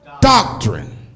doctrine